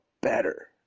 better